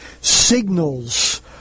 signals